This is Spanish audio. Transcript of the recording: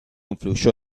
influyó